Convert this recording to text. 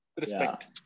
respect